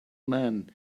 man